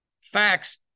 facts